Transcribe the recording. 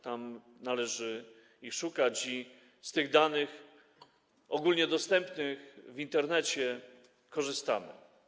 Tam należy ich szukać i z tych danych ogólnie dostępnych w Internecie korzystamy.